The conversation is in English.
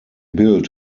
built